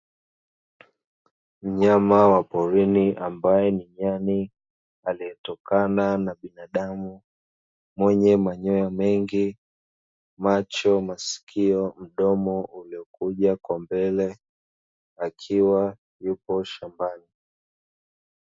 Mnyama wa porini ambaye ni nyani ametokana na binadamu mwenye manyoya mengi, macho, masikio, mdomo uliokuja kwa mbele akiwa yupo shambani.